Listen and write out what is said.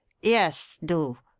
yes do.